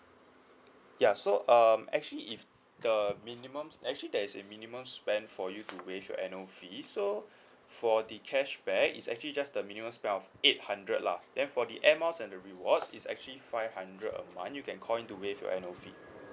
ya so um actually if the minimum actually there is a minimum spend for you to waive your annual fee is so for the cashback is actually just the minimum spend of eight hundred lah then for the air miles and the rewards is actually five hundred a month you can call in to waive your annual fee